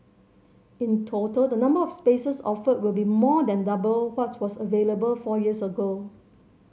in total the number of spaces offered will be more than double what was available four years ago